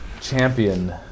champion